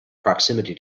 proximity